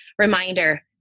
reminder